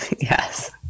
Yes